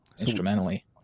instrumentally